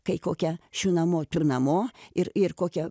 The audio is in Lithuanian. kai kokia šių namų tur namo ir ir kokia